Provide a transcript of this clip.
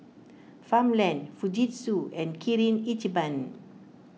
Farmland Fujitsu and Kirin Ichiban